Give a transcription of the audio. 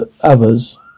others